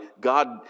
God